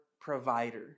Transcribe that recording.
provider